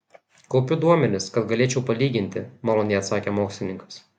kaupiu duomenis kad galėčiau palyginti maloniai atsakė mokslininkas